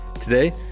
Today